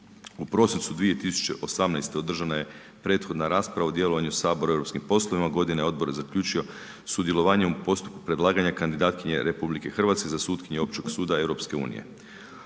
U prosincu 2018. održana je prethodna rasprava o djelovanju Sabora u europskim poslovima, godinu je odbor zaključio sudjelovanjem u postupku predlaganja kandidatkinje RH za sutkinju Općeg suda EU. Odbor je